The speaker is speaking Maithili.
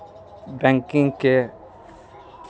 बैंकिंगके